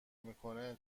میکنه